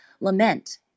lament